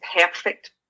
perfect